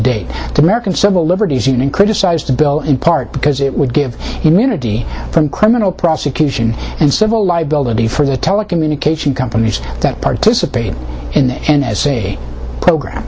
the american civil liberties union criticized the bill in part because it would give immunity from criminal prosecution and civil liability for the telecommunication companies that participate in the n s a program